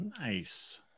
nice